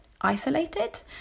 isolated